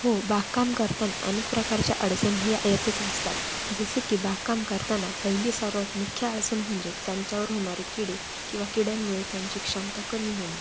हो बागकाम करताना अनेक प्रकारच्या अडचणी ह्या येतच असतात जसे की बागकाम करताना पहिली सर्वात मुख्य अडचण म्हणजे त्यांच्यावर होणारे किडे किंवा किड्यांमुळे त्यांची क्षमता कमी होणे